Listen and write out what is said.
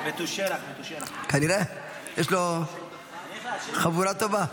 יש לו חבורה טובה.